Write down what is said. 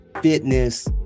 fitness